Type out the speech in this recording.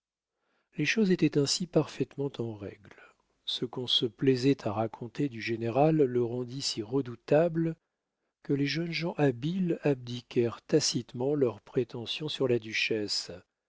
les choses étaient ainsi parfaitement en règle ce qu'on se plaisait à raconter du général le rendit si redoutable que les jeunes gens habiles abdiquèrent tacitement leurs prétentions sur la duchesse